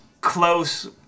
close